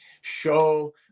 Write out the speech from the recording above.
show